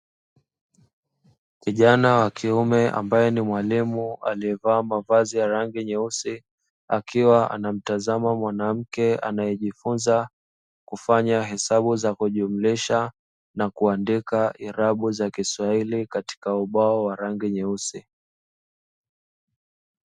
Kijana wa kiume ambaye ni mwalimu aliyevaa mavazi ya rangi nyeusi, akiwa ana mtazama mwanamke anaejifunza kufanya hesabu za kujumlisha na kuandika irabu za kiswahili katika ubao wa rangi nyeusi.